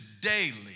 daily